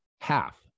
half